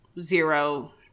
zero